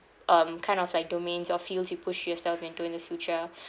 um kind of like domains or fields you push yourself into in the future